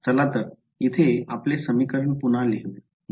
चला तर इथे आपले समीकरण पुन्हा लिहु